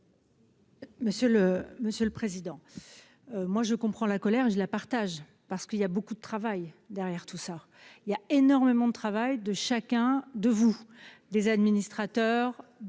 monsieur le président, moi je comprends la colère, je la partage parce qu'il y a beaucoup de travail derrière tout ça il y a énormément de travail de chacun de vous des administrateurs